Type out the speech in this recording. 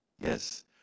yes